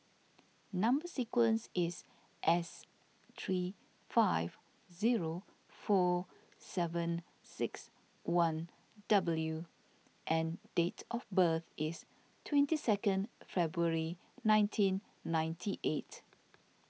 Number Sequence is S three five zero four seven six one W and date of birth is twenty second February nineteen ninety eight